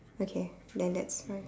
okay then that's one